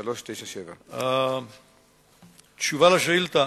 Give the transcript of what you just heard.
חבר הכנסת אריה אלדד שאל את שר